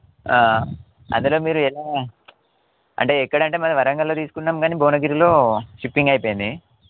అందులో మీరు ఎలా అంటే ఎక్కడంటే మరి వరంగల్లో తీసుకున్నాం గానీ భువనగిరిలో షిప్పింగ్ అయిపోయింది